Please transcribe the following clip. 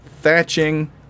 thatching